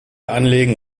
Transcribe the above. anlegen